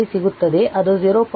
5 ಸಿಗುತ್ತದೆ ಅದು 0